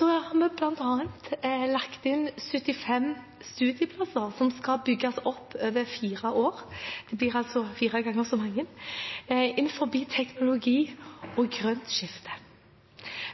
har bl.a. lagt inn 75 studieplasser som skal bygges opp over fire år – det blir altså fire ganger så mange – innenfor teknologi og grønt skifte.